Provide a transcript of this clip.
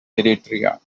eritrea